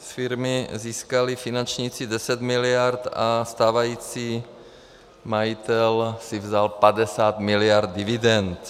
Z firmy získali finančníci 10 miliard a stávající majitel si vzal 50 miliard dividend.